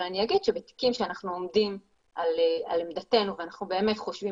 אני אגיד שבתיקים שאנחנו עומדים על עמדתנו ואנחנו באמת חושבים